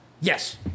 Yes